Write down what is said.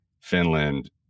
Finland